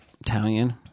Italian